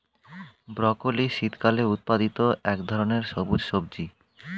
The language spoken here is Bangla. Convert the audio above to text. ব্রকলি শীতকালে উৎপাদিত এক ধরনের সবুজ সবজি